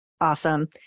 Awesome